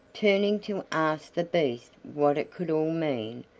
turning to ask the beast what it could all mean,